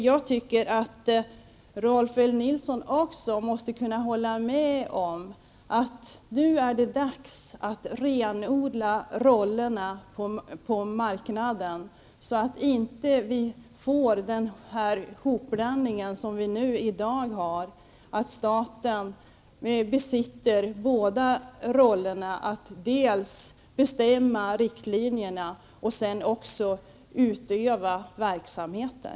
Jag tycker att Rolf L Nilson måste kunna hålla med om att det nu är dags att renodla rollerna på marknaden, så att vi inte får den hopblandning som vi har i dag, att staten spelar båda rollerna -- att dels bestämma riktlinjerna, dels också utöva verksamheter.